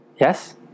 Yes